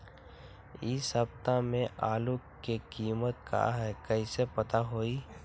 इ सप्ताह में आलू के कीमत का है कईसे पता होई?